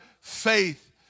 faith